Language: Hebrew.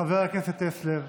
חבר הכנסת טסלר,